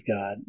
God